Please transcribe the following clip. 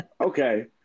Okay